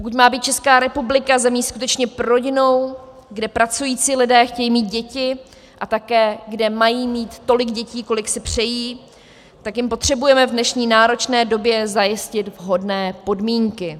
Pokud má být Česká republika zemí skutečně prorodinnou, kde pracující lidé chtějí mít děti a také kde mají mít tolik dětí, kolik si přejí, tak jim potřebujeme v dnešní náročné době zajistit vhodné podmínky.